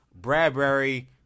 Bradbury